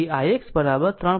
2 ampere હશે